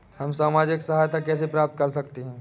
हम सामाजिक सहायता कैसे प्राप्त कर सकते हैं?